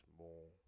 more